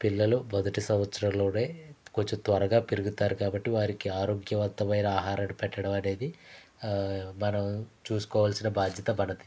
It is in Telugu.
పిల్లలు మొదటి సంవత్సరంలోనే కొంచెం త్వరగా పెరుగుతారు కాబట్టి వారికి ఆరోగ్యవంతమైన ఆహారాన్ని పెట్టడం అనేది మనం చూసుకోవాల్సిన బాధ్యత మనది